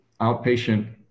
outpatient